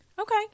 Okay